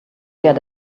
get